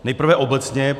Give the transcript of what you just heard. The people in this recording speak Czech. Nejprve obecně.